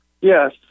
yes